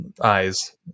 eyes